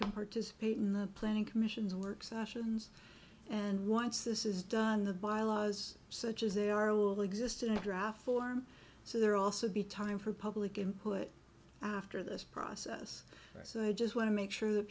can participate in the planning commission's work sessions and once this is done the bylaws such as they are all exist in draft form so there also be time for public input after this process so i just want to make sure that